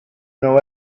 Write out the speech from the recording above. know